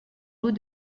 lot